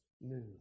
new